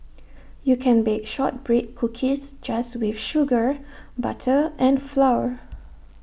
you can bake Shortbread Cookies just with sugar butter and flour